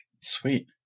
Sweet